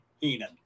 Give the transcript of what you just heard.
Heenan